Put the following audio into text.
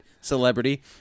celebrity